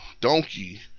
donkey